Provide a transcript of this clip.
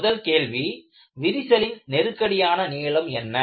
முதல் கேள்வி விரிசலின் நெருக்கடியான நீளம் என்ன